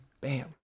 Bam